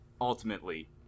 ultimately